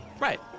Right